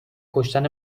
کشتن